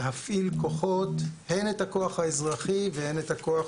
ולהפעיל כוחות, הן את הכוח האזרחי והן את הכוח